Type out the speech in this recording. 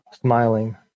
smiling